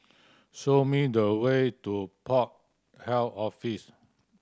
show me the way to Port Health Office